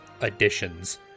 additions